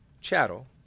chattel